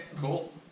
cool